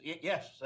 yes